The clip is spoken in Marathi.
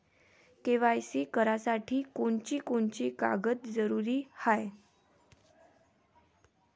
के.वाय.सी करासाठी कोनची कोनची कागद जरुरी हाय?